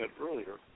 earlier